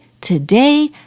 today